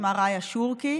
שמה רעיה שורקי.